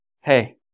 hey